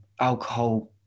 alcohol